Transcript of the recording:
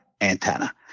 antenna